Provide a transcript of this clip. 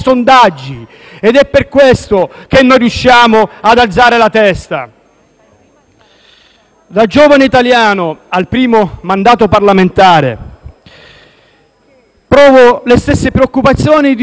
Da giovane italiano al primo mandato parlamentare, provo le stesse preoccupazioni di tutti i cittadini che hanno a cuore le sorti del nostro Paese e della nostra democrazia.